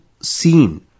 seen